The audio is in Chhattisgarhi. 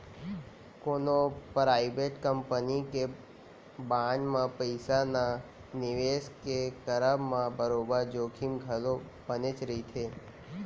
कोनो पराइबेट कंपनी के बांड म पइसा न निवेस के करब म बरोबर जोखिम घलौ बनेच रहिथे